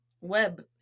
Web